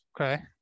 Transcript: okay